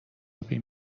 آبی